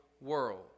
world